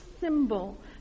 symbol